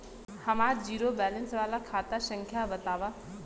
हमार zero balance वाला खाता संख्या वतावा?